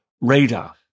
radar